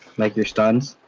makers times